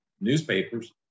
newspapers